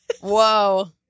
Whoa